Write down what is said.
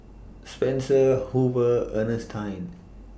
Spencer Hoover Ernestine